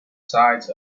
sides